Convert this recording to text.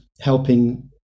helping